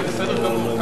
זה בסדר גמור.